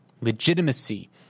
Legitimacy